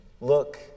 look